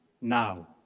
now